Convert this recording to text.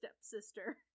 stepsister